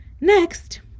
Next